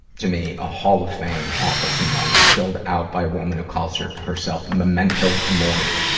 to me, a hall of fame awfulsome moment filled out by a woman who calls herself memento mori.